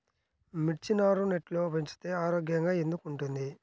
మిర్చి నారు నెట్లో పెంచితే ఆరోగ్యంగా ఎందుకు ఉంటుంది?